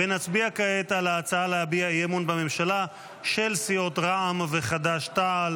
ונצביע כעת על ההצעה להביע אי-אמון בממשלה של סיעות רע"מ וחד"ש-תע"ל.